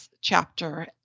chapter